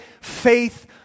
faith